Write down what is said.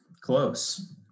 close